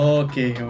okay